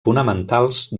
fonamentals